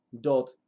dot